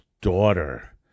daughter